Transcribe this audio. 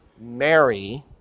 Mary